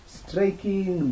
striking